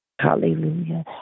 Hallelujah